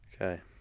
Okay